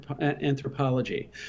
anthropology